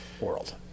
world